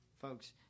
Folks